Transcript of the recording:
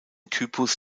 typus